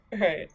Right